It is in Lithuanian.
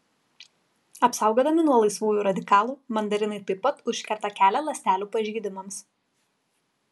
apsaugodami nuo laisvųjų radikalų mandarinai taip pat užkerta kelią ląstelių pažeidimams